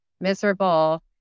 miserable